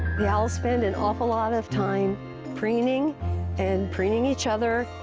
the owls spend an awful lot of time preening and preening each other.